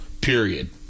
period